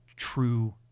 True